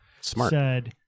smart